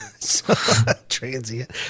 transient